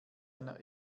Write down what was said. einer